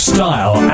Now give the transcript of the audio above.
Style